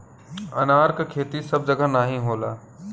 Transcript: अनार क खेती सब जगह नाहीं होला